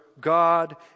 God